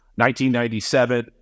1997